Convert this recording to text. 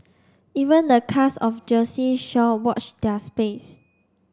even the cast of Jersey Shore watch their space